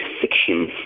fiction